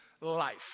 life